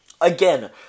Again